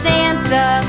Santa